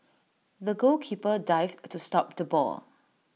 the goalkeeper dived to stop the ball